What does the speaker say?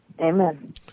Amen